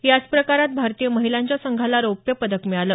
याच प्रकारात भारतीय महिलांच्या संघाला रौप्य पदक मिळालं